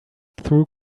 through